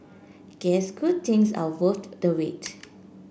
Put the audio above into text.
guess good things are worth the wait